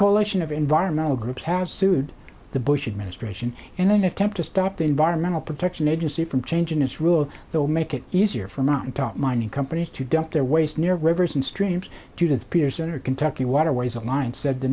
coalition of environmental groups has sued the bush administration in an attempt to stop the environmental protection agency from changing its rule that would make it easier for mountaintop mining companies to dump their waste near rivers and streams to the peterson or kentucky waterways alliance said the